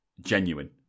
genuine